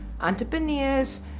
entrepreneurs